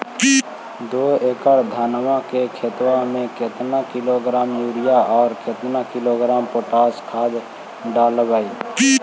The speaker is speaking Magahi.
दो एकड़ धनमा के खेतबा में केतना किलोग्राम युरिया और केतना किलोग्राम पोटास खाद डलबई?